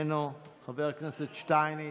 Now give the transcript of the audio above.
איננו, חברת הכנסת שטייניץ,